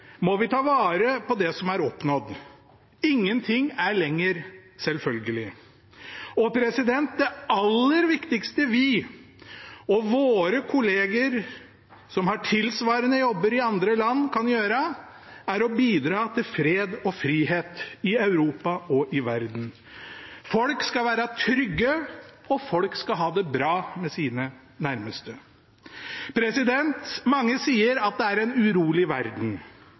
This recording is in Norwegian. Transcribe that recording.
må vi ta vare på det som er oppnådd. Ingen ting er lenger selvfølgelig. Det aller viktigste vi og våre kollegaer, som har tilsvarende jobber i andre land, kan gjøre, er å bidra til fred og frihet i Europa og i verden. Folk skal være trygge, og folk skal ha det bra med sine nærmeste. Mange sier at det er en urolig verden.